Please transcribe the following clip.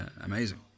amazing